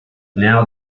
now